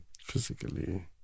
Physically